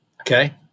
Okay